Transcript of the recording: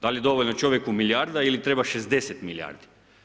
Da li je dovoljno čovjeku milijarda ili treba 60 milijardi?